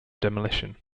demolition